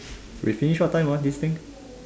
we finish what time ah this thing